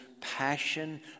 passion